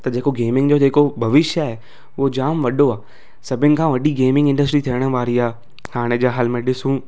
त जेको गेमिंग जो जेको भविष्य आहे उहो जाम वॾो आहे सभिनि खां वॾी गेमिंग इंडस्ट्री थियण वारी आ्हे हाणे जा हाल में ॾिसूं